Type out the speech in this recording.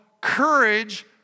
courage